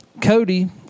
Cody